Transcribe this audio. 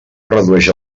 redueix